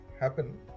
happen